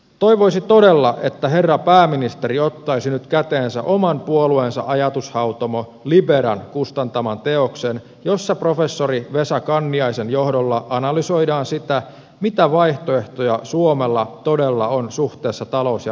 toivoisi todella että herra pääministeri ottaisi nyt käteensä oman puolueensa ajatushautomo liberan kustantaman teoksen jossa professori vesa kanniaisen johdolla analysoidaan sitä mitä vaihtoehtoja suomella todella on suhteessa talous ja rahaliittoon